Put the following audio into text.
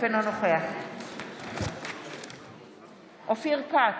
אינו נוכח אופיר כץ,